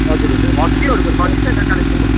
हजुर हजुर हक्कीहरूको छ कि छैन कालेबुङमा